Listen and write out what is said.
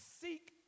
seek